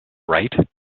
right